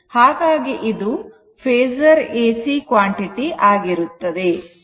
ಹಾಗಾಗಿ ಇದು phasor AC ಪ್ರಮಾಣ ಆಗಿರುತ್ತದೆ